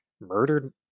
murdered